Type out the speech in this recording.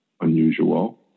unusual